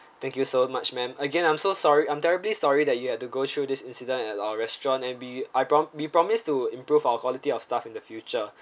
thank you so much ma'am again I'm so sorry I'm terribly sorry that you had to go through this incident at our restaurant and be I prom~ be promised to improve our quality of staff in the future